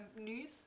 news